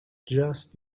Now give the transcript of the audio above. just